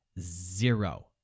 Zero